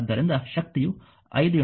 ಆದ್ದರಿಂದ ಶಕ್ತಿಯು 5 4 ಆಗಿರುತ್ತದೆ